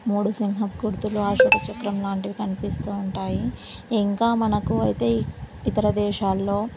మూడు సింహపు గుర్తులు అశోకచక్రం లాంటివి కనిపిస్తు ఉంటాయి ఇంకా మనకు అయితే ఇతర దేశాలలో